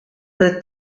the